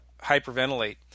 hyperventilate